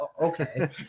okay